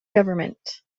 government